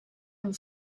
and